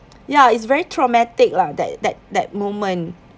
ya it's very traumatic lah that that that moment